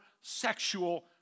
sexual